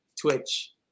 Twitch